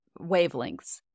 wavelengths